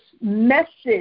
message